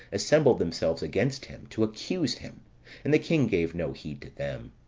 assembled themselves against him, to accuse him and the king gave no heed to them.